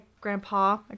grandpa